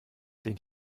den